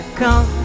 come